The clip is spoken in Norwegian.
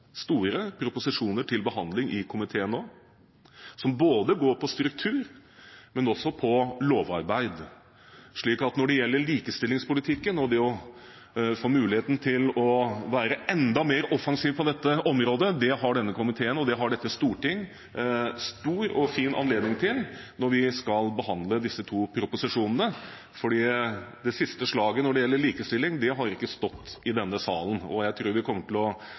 store proposisjoner til behandling i komiteen nå, som går på både struktur og lovarbeid. Så det å få mulighet til å være enda mer offensiv på likestillingsområdet har denne komiteen og dette storting stor og fin anledning til når vi skal behandle disse to proposisjonene. Det siste slaget i denne salen når det gjelder likestilling, har ikke stått. Jeg tror vi kommer til å